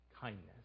kindness